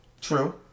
True